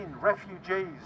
refugees